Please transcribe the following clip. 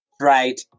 right